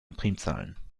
primzahlen